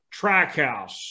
Trackhouse